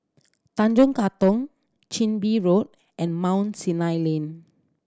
Tanjong Katong Chin Bee Road and Mount Sinai Lane